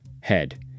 head